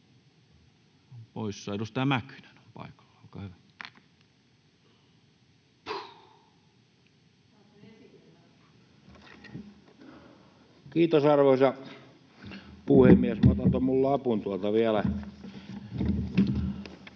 Kiitos, arvoisa puhemies!